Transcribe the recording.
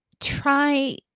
try